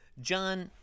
John